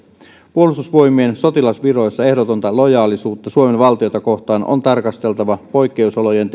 puolustusvoimien sotilasviroissa ehdotonta lojaalisuutta suomen valtiota kohtaan on tarkasteltava poikkeusolojen